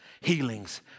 healings